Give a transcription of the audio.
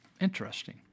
Interesting